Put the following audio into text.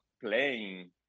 playing